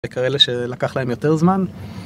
בעיקר אלה שלקח להם יותר זמן